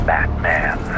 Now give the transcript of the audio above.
Batman